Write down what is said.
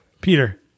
Peter